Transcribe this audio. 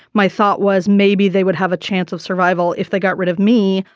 my thought was maybe they would have a chance of survival if they got rid of me.